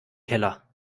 keller